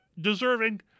deserving